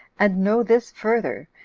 and know this further,